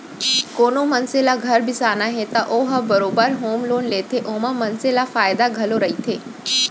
कोनो मनसे ल घर बिसाना हे त ओ ह बरोबर होम लोन लेथे ओमा मनसे ल फायदा घलौ रहिथे